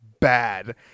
bad